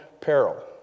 peril